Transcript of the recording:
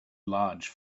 large